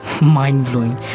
mind-blowing